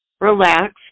Relax